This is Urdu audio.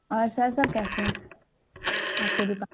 اور سر سب کیسے ہیں آپ کے دپا